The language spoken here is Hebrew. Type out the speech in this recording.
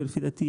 שלפי דעתי,